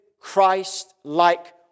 Christ-like